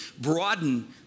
broaden